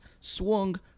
swung